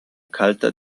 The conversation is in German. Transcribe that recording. kalter